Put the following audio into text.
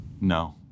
No